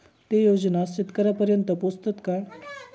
ते योजना शेतकऱ्यानपर्यंत पोचतत काय?